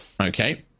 Okay